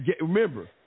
Remember